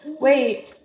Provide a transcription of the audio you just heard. Wait